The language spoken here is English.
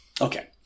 Okay